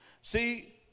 See